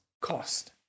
cost